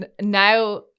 now